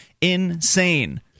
Insane